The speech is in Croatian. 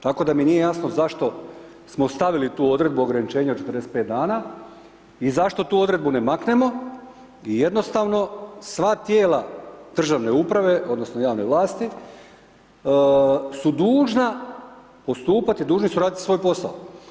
Tako da mi nije jasno zašto smo stavili tu odredbu ograničenja od 45 dana i zašto tu odredbu ne maknemo i jednostavno sva tijela države uprave odnosno javne vlasti su dužna postupati, dužni su raditi svoj posao.